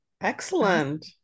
Excellent